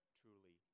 truly